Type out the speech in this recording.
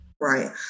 Right